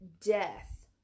death